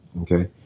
Okay